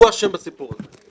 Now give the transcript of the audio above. הוא אשם בסיפור הזה,